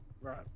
Right